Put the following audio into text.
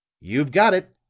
you've got it,